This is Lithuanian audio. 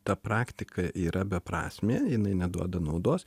ta praktika yra beprasmė jinai neduoda naudos